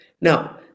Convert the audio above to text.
Now